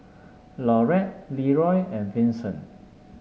Laurette Leeroy and Vinson